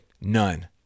None